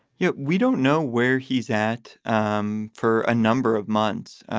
yeah we don't know where he's at um for a number of months.